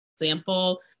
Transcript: example